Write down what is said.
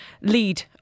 lead